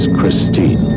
Christine